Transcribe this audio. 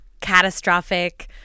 catastrophic